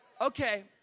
Okay